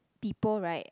people [right]